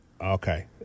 Okay